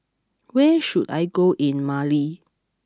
where should I go in Mali